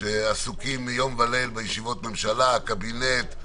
שעסוקים יום וליל בישיבות ממשלה, קבינט,